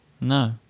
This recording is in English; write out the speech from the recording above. No